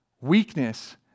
Weakness